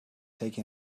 take